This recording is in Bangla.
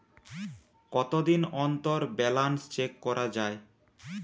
কতদিন অন্তর ব্যালান্স চেক করা য়ায়?